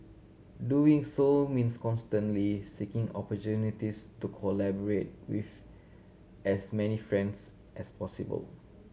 doing so means constantly seeking opportunities to collaborate with as many friends as possible